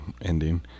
ending